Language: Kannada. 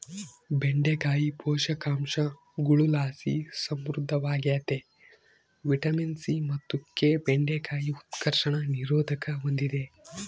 ಬೆಂಡೆಕಾಯಿ ಪೋಷಕಾಂಶಗುಳುಲಾಸಿ ಸಮೃದ್ಧವಾಗ್ಯತೆ ವಿಟಮಿನ್ ಸಿ ಮತ್ತು ಕೆ ಬೆಂಡೆಕಾಯಿ ಉತ್ಕರ್ಷಣ ನಿರೋಧಕ ಹೂಂದಿದೆ